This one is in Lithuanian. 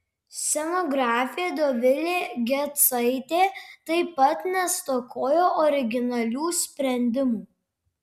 scenografė dovilė gecaitė taip pat nestokojo originalių sprendimų